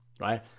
right